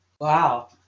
Wow